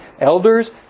Elders